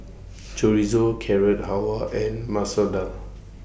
Chorizo Carrot Halwa and Masoor Dal